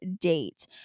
date